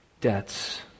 debts